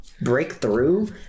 Breakthrough